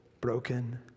broken